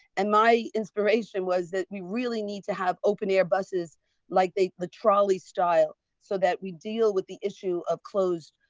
and my inspiration was that we really need to have open air buses like the the trolley style so we deal with the issue of closed